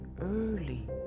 early